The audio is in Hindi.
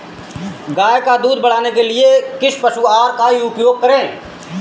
गाय का दूध बढ़ाने के लिए किस पशु आहार का उपयोग करें?